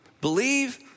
believe